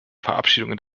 verabschiedung